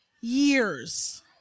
years